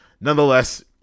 Nonetheless